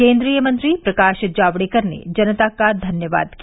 केन्द्रीय मंत्री प्रकाश जावडेकर ने जनता का धन्यवाद किया